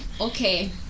okay